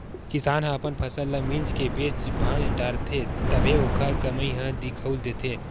किसान ह अपन फसल ल मिंज के बेच भांज डारथे तभे ओखर कमई ह दिखउल देथे